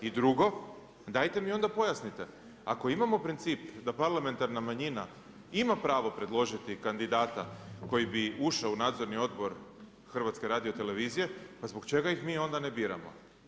I drugo, dajte mi onda pojasnite ako imamo princip da parlamentarna manjina ima pravo predložiti kandidata koji bi ušao u nadzorni odbor HRT-a pa zbog čega ih mi onda ne biramo?